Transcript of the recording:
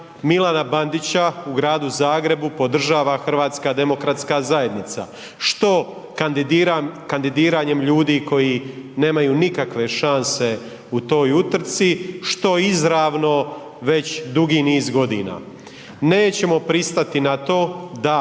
Milana Bandića u Gradu Zagrebu podržava HDZ što kandidiranjem ljudi koji nemaju nikakve šanse u toj utrci, što izravno već dugi niz godina. Nećemo pristati na to da